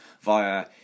via